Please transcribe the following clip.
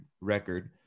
record